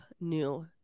New